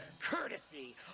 Courtesy